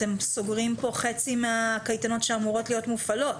אתם סוגרים פה חצי מהקייטנות שאמורות להיות מופעלות.